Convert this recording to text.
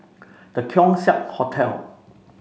The Keong Saik Hotel